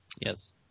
Yes